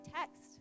text